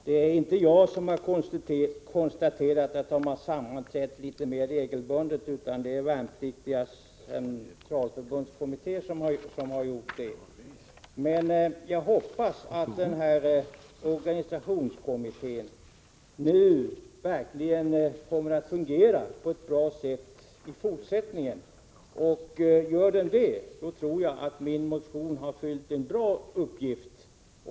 Herr talman! Det är inte jag som har konstaterat att organisationskommittén sammanträtt litet mera regelbundet — det är Sveriges centrala värnpliksråd som har gjort det. Men jag hoppas att organisationskommittén verkligen kommer att fungera bra i fortsättningen. Gör den det tror jag att min motion har fyllt en uppgift.